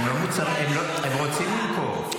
הם רוצים למכור.